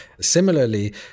Similarly